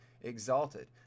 exalted